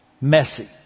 messy